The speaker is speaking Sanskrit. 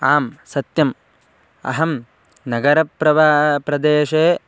आं सत्यम् अहं नगरप्रवेशे प्रदेशे